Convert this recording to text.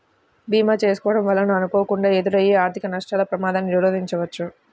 భీమా చేసుకోడం వలన అనుకోకుండా ఎదురయ్యే ఆర్థిక నష్టాల ప్రమాదాన్ని నిరోధించవచ్చు